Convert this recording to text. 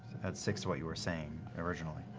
six to what you were saying, originally.